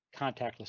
contactless